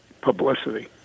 publicity